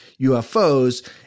UFOs